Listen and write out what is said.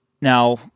now